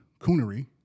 coonery